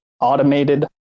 automated